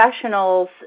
professionals